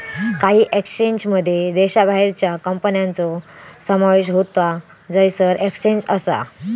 काही एक्सचेंजमध्ये देशाबाहेरच्या कंपन्यांचो समावेश होता जयसर एक्सचेंज असा